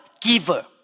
giver